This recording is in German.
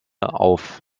auf